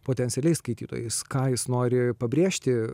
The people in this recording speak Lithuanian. potencialiais skaitytojais ką jis nori pabrėžti